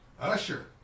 Usher